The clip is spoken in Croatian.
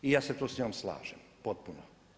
I ja se tu s njom slažem, potpuno.